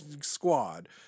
squad